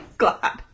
glad